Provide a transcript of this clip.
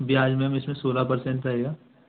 ब्याज मैम इसमें सोलह परसेंट रहेगा